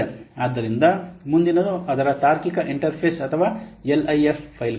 ಆದ್ದರಿಂದ ಮುಂದಿನದು ಅದರ ತಾರ್ಕಿಕ ಇಂಟರ್ ಫೇಸ್ ಅಥವಾ LIF ಫೈಲ್ ಗಳು